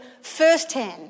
firsthand